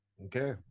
Okay